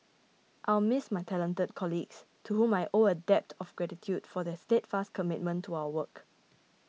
I'll miss my talented colleagues to whom I owe a debt of gratitude for their steadfast commitment to our work